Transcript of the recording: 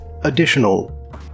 additional